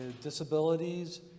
disabilities